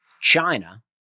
China